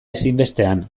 ezinbestean